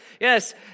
Yes